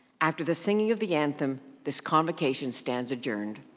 after the singing of the anthem, this convocation stands adjourned.